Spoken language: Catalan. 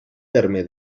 terme